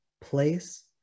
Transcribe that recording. place